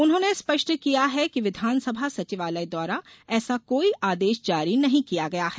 उन्होंने स्पष्ट किया है कि विधान सभा सचिवालय द्वारा ऐसा कोई आदेश जारी नहीं किया गया है